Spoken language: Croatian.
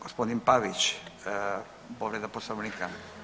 Gospodin Pavić povreda poslovnika.